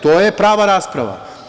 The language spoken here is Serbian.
To je prava rasprava.